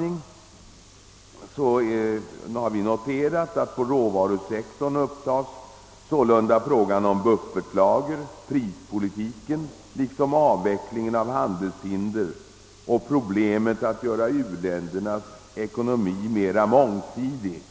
Inom råvarusektorn upptas sålunda frågor om buffertlager, prispolitiken liksom avvecklingen av handelshinder och problemet att göra u-ländernas ekonomi mera mångsidig